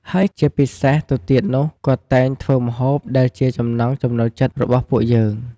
ហើយជាពិសេសទៅទៀតនោះ គាត់តែងធ្វើម្ហូបដែលជាចំណង់ចំណូលចិត្តរបស់ពួកយើង។